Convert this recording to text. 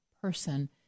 person